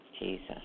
Jesus